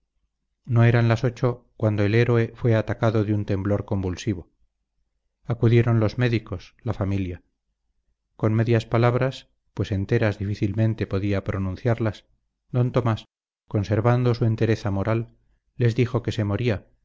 no eran las ocho cuando el héroe fue atacado de un temblor convulsivo acudieron los médicos la familia con medias palabras pues enteras difícilmente podía pronunciarlas d tomás conservando su entereza moral les dijo que se moría